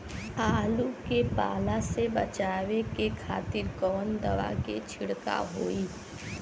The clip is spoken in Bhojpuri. आलू के पाला से बचावे के खातिर कवन दवा के छिड़काव होई?